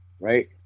right